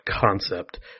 concept